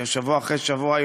שבוע אחרי שבוע,